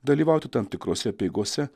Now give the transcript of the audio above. dalyvauti tam tikrose apeigose